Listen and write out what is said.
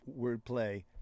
wordplay